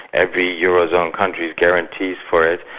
every euro zone country guarantees for it.